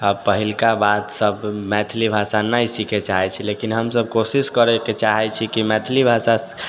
अब पहिलका बात सब मैथिली भाषा नहि सीखै चाहै छै लेकिन हमसब कोशिश करैके चाहै छी कि मैथिली भाषा